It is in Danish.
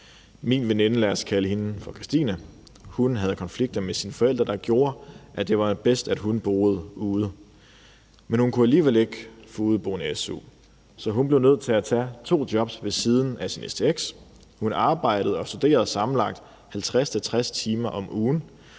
Min veninde – lad os kalde hende for Christine – havde konflikter med sine forældre, der gjorde, at det var bedst, at hun boede ude. Men hun kunne alligevel ikke få udeboende su. Så hun blev nødt til at tage to jobs ved siden af sin stx. Hun arbejdede og studerede sammenlagt 50-60 timer om ugen